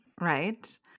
right